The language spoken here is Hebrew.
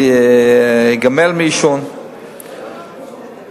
אדוני, אני באמת אומר לך כאן דברים,